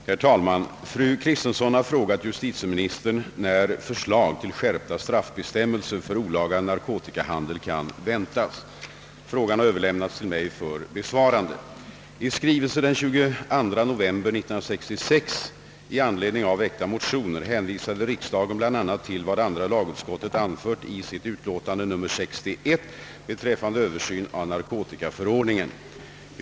Herr talman! Fru Kristensson har frågat justitieministern, när förslag till skärpta straffbestämmelser för olaga narkotikahandel kan väntas. Frågan har överlämnats till mig för besvarande.